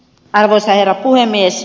arvoisa herra puhemies